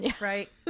right